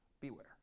Beware